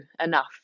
enough